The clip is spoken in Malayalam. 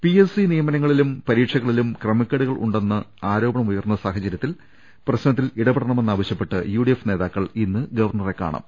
പിഎസ്സി നിയമനങ്ങളിലും പരീക്ഷകളിലും ക്രമക്കേടുകൾ ഉണ്ടെന്ന് ആരോപണമുയർന്ന സാഹചര്യത്തിൽ പ്രശ്നത്തിൽ ഇട പെടണമെന്നാവശൃപ്പെട്ട് യുഡിഎഫ് നേതാക്കൾ ഇന്ന് ഗവർണറെ കാണും